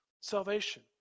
salvation